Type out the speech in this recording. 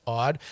odd